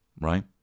right